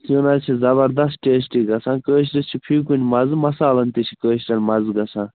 سیُن حظ چھِ زَبردَس ٹیسٹی گژھان کٲشرِس چھِ فی کُنہِ مَزٕ مسالَن تہِ چھِ کٲشرٮ۪ن مَزٕ گژھان